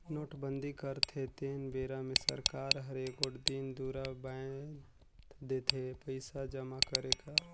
नोटबंदी करथे तेन बेरा मे सरकार हर एगोट दिन दुरा बांएध देथे पइसा जमा करे कर